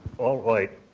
all white